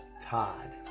Todd